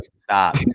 Stop